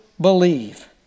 believe